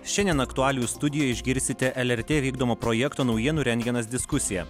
šiandien aktualijų studijoj išgirsite lrt vykdomo projekto naujienų rentgenas diskusiją